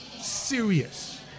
serious